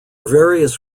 various